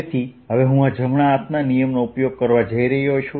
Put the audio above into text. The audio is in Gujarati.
તેથી હવે હું આ જમણા હાથના નિયમનો ઉપયોગ કરવા જઇ રહ્યો છું